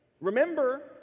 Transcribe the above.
remember